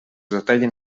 detallen